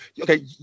Okay